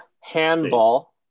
handball